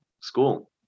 school